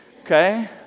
okay